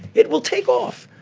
it will take off.